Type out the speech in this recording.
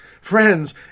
Friends